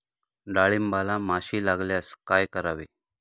डाळींबाला माशी लागल्यास काय करावे?